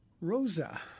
Rosa